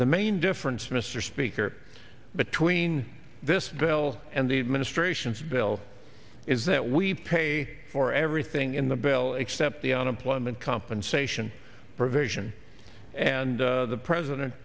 the main difference mr speaker between this bill and the administration's bill is that we pay for everything in the bill except the unemployment compensation provision and the president